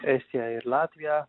estija ir latvija